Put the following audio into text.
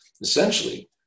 essentially